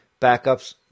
backups